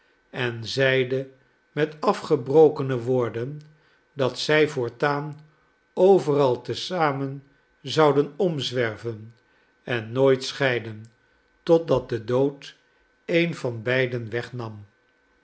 en zeide met afgebrokene woorden dat zij voortaan overal te zamen zouden omzwerven en nooit scheiden totdat de dood een van beiden wegnam